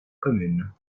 communes